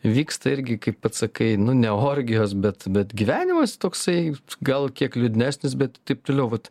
vyksta irgi kaip pats sakai nu ne orgijos bet bet gyvenimas toksai gal kiek liūdnesnis bet taip toliau vat